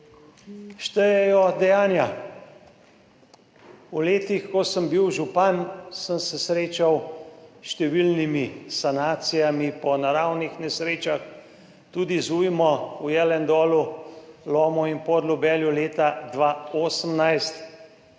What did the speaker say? Štejejo dejanja. V letih, ko sem bil župan, sem se srečal s številnimi sanacijami po naravnih nesrečah, tudi z ujmo v Jelendolu, na Lomu in v Podljubelju leta 2018,